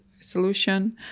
solution